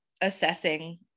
assessing